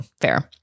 Fair